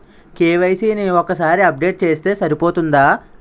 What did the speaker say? KYC ని ఒక్కసారి update చేస్తే సరిపోతుందా?